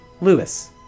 Lewis